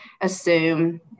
assume